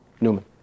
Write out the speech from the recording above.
Newman